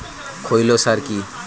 খৈল সার কি?